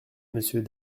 monsieur